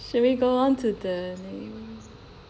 should we go on to the